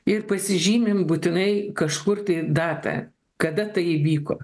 ir pasižymim būtinai kažkur tai datą kada tai įvyko